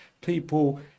people